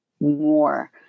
more